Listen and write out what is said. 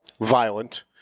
violent